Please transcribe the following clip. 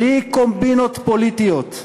בלי קומבינות פוליטיות.